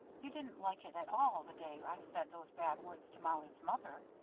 you didn't like it at all the day i said those bad words to mollie's mother.